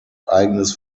eigenes